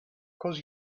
cause